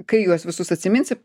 kai juos visus atsiminsi